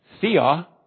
thea